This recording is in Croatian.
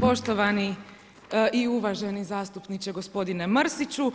Poštovani i uvaženi zastupniče gospodine Mrsiću,